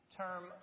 term